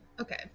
Okay